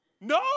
no